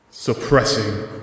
Suppressing